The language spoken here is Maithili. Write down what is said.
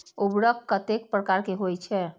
उर्वरक कतेक प्रकार के होई छै?